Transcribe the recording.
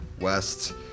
west